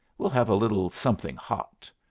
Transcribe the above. we'll have a little something hot.